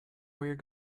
where